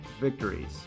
victories